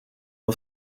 aux